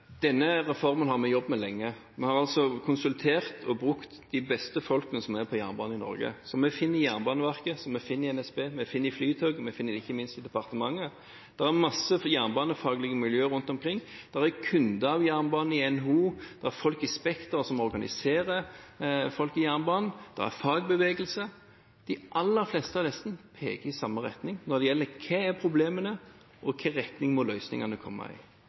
Denne reformen har vi jobbet med lenge. Vi har altså konsultert og brukt de beste folkene som er på jernbane i Norge – som vi finner i Jernbaneverket, som vi finner i NSB, som vi finner i Flytoget, og som vi ikke minst finner i departementet. Det er en masse jernbanefaglig miljø rundt omkring. Det er kunder av jernbanen i NHO, det er folk i spekteret som organiserer folk i jernbanen, det er fagbevegelse. De aller fleste av disse peker i samme retning når det gjelder: Hva er problemene, og i hvilken retning må løsningene komme?